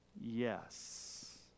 Yes